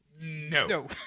no